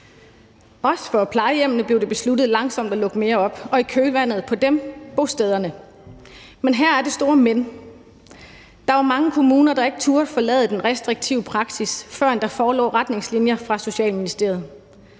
Også for plejehjemmene blev det besluttet langsomt at lukke mere op, og i kølvandet på dem bostederne. Men her er det store men. Der var mange kommuner, der ikke turde forlade den restriktive praksis, førend der forelå retningslinjer fra Socialministeriet.